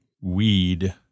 weed